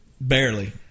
Barely